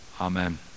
Amen